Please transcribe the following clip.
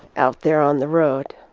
out there on the road